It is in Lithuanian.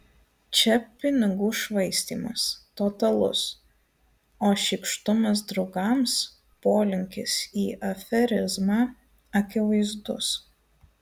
čia pinigų švaistymas totalus o šykštumas draugams polinkis į aferizmą akivaizdus